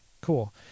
cool